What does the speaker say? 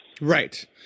Right